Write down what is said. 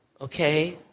Okay